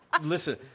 Listen